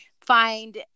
find